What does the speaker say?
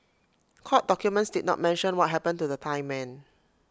court documents did not mention what happened to the Thai men